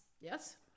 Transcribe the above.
Yes